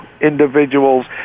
individuals